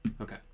Okay